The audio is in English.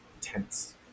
tense